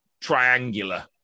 triangular